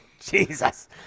Jesus